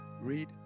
read